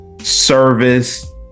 service